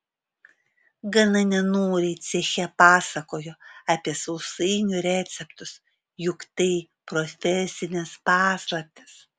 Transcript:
gana nenoriai ceche pasakojo apie sausainių receptus juk tai profesinės paslaptys